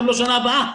גם לא בשנה הבאה,